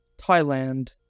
Thailand